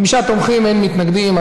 חמישה תומכים, אין מתנגדים.